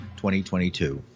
2022